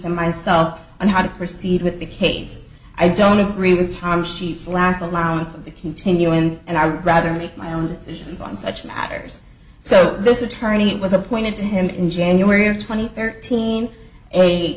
r myself on how to proceed with the case i don't agree with tom sheets last allowance of the continuance and i would rather make my own decisions on such matters so this attorney was appointed to him in january of twenty thirteen a